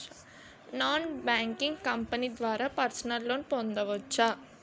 Non banking company ద్వారా personal loan పొందవచ్చా?